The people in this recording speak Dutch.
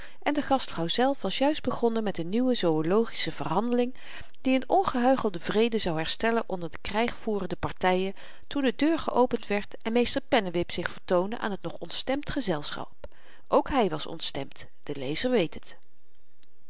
voeren en de gastvrouw zelf was juist begonnen met n nieuwe zoölogische verhandeling die n ongehuichelde vrede zou herstellen onder de krygvoerende partyen toen de deur geopend werd en meester pennewip zich vertoonde aan t nog ontstemd gezelschap ook hy was ontstemd de lezer weet het